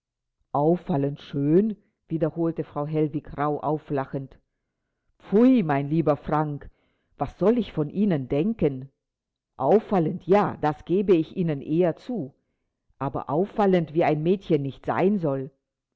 auffallend schön wiederholte frau hellwig rauh auflachend pfui mein lieber frank was soll ich von ihnen denken auffallend ja das gebe ich ihnen eher zu aber auffallend wie ein mädchen nicht sein soll